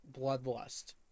bloodlust